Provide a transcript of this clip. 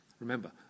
Remember